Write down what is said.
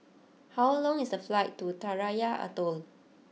how long is the flight to Tarawa Atoll